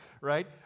right